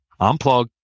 unplug